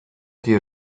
die